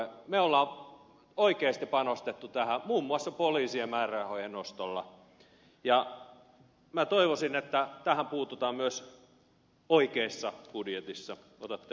me olemme oikeasti panostaneet tähän muun muassa poliisien määrärahojen nostolla ja minä toivoisin että tähän puututaan myös oikeassa budjetissa otatte oppia meiltä